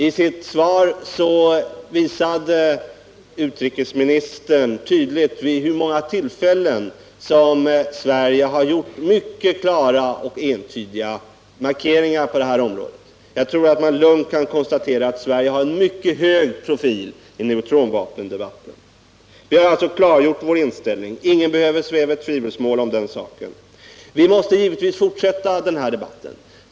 I sitt svar visade utrikesministern tydligt vid hur många tillfällen Sverige har gjort mycket klara och entydiga markeringar på det här området. Jag tror man lugnt kan konstatera att Sverige verkligen har profilerat sig i neutronvapendebatten. Vi har klargjort vår inställning, ingen behöver sväva i tvivelsmål om den saken. Vi måste givetvis fortsätta den här debatten.